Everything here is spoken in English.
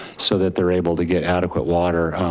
so that they're able to get adequate water.